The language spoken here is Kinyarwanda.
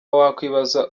wakwibaza